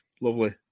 Lovely